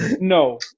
No